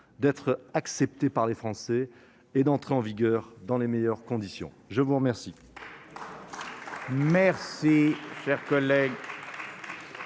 d'être accepté par les Français et d'entrer en vigueur dans les meilleures conditions. La discussion